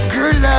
Girl